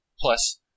Plus